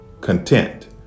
content